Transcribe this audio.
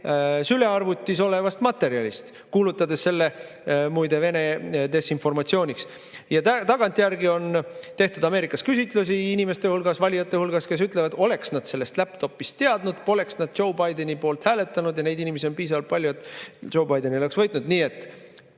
sülearvutis olevast materjalist, kuulutades selle muide Vene desinformatsiooniks. Tagantjärgi on Ameerikas tehtud küsitlusi inimeste hulgas, valijate hulgas, ja nad ütlevad, et oleks nad sellestlaptop'ist teadnud, poleks nad Joe Bideni poolt hääletanud. Ja neid inimesi on piisavalt palju, et Joe Biden ei oleks võitnud. Nii et